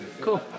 Cool